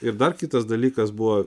ir dar kitas dalykas buvo